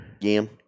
yam